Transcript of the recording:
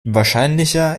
wahrscheinlicher